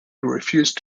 refused